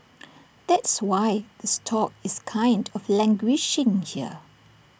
that's why the stock is kind of languishing here